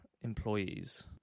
employees